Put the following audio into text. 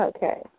Okay